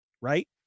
right